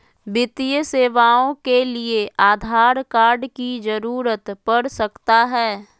वित्तीय सेवाओं के लिए आधार कार्ड की जरूरत पड़ सकता है?